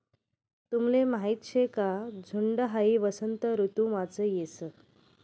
तुमले माहीत शे का झुंड हाई वसंत ऋतुमाच येस